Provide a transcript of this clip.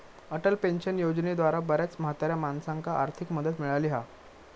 Atal pension योजनेद्वारा बऱ्याच म्हाताऱ्या माणसांका आर्थिक मदत मिळाली हा